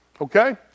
Okay